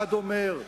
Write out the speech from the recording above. אחד אומר: